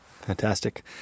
Fantastic